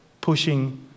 pushing